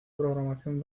programación